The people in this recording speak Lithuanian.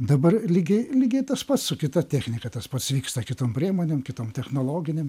dabar lygiai lygiai tas pats su kita technika tas pats vyksta kitom priemonėm kitom technologinėm